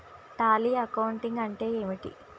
Tally accounting అంటే ఏమిటి?